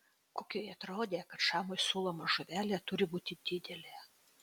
kukiui atrodė kad šamui siūloma žuvelė turi būti didelė